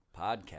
Podcast